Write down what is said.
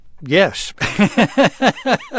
Yes